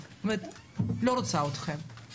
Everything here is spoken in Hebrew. זו מציאות שלא יכול להיות שהם אחרים מכל הבחינות שבעולם.